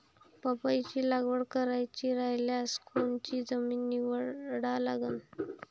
पपईची लागवड करायची रायल्यास कोनची जमीन निवडा लागन?